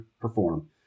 perform